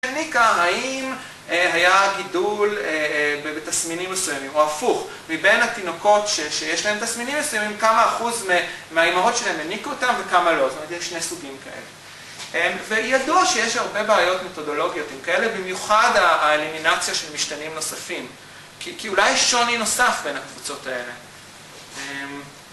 ‫הניקה, האם היה גידול ‫בתסמינים מסוימים, או הפוך, ‫מבין התינוקות שיש להן תסמינים מסוימים, ‫כמה אחוז מהאימהות שלהן ‫הניקו אותן וכמה לא. ‫זאת אומרת, יש שני סוגים כאלה. ‫וידוע שיש הרבה בעיות ‫מיתודולוגיות עם כאלה, ‫במיוחד האלימינציה ‫של משתנים נוספים, ‫כי אולי שוני נוסף ‫בין הקבוצות האלה.